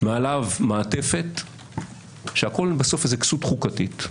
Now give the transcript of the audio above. מעליו מעטפת שהכול בסוף זאת כסות חוקתית.